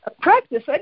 practice